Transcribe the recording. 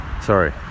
Sorry